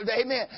amen